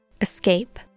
Escape